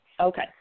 Okay